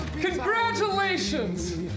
Congratulations